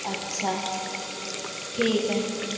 اچھا ٹھیک ہے